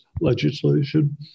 legislation